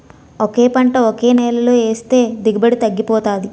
ఒకే పంట ఒకే నేలలో ఏస్తే దిగుబడి తగ్గిపోతాది